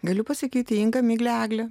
galiu pasakyti inga miglė eglė